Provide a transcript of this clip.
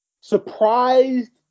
Surprised